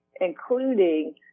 including